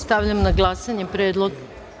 Stavljam na glasanje predlog.